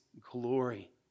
glory